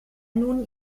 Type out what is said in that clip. nun